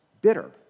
bitter